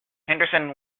henderson